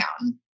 town